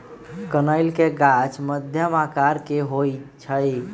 कनइल के गाछ मध्यम आकर के होइ छइ